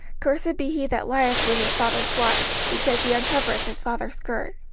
cursed be he that lieth with his father's wife because he uncovereth his father's skirt.